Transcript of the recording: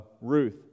Ruth